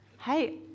hey